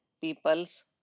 people's